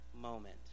moment